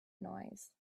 noise